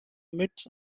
midst